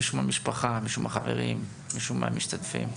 מישהו מהמשפחה, מישהו החברים, מישהו מהמשתתפים.